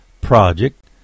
project